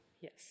Yes